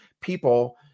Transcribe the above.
people